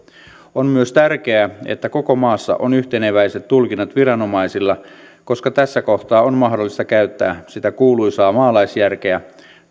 on myös tärkeää että koko maassa on yhteneväiset tulkinnat viranomaisilla koska tässä kohtaa on mahdollista käyttää sitä kuuluisaa maalaisjärkeä